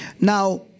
Now